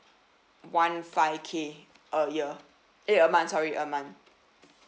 one five K a year eh a month sorry a month